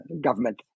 government